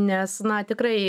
nes na tikrai